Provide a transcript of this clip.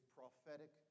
prophetic